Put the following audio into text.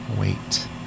wait